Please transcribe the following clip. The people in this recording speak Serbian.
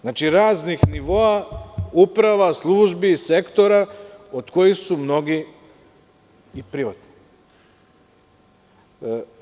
Znači, raznih nivoa uprava, službi, sektora od kojih su mnogi i privatni.